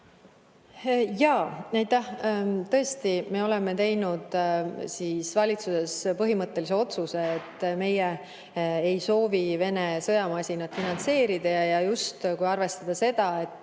palun! Aitäh! Tõesti, me oleme teinud valitsuses põhimõttelise otsuse, et meie ei soovi Vene sõjamasinat finantseerida. Kui arvestada seda, et